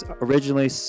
originally